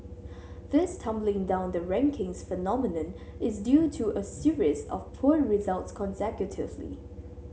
this tumbling down the rankings phenomenon is due to a series of poor results consecutively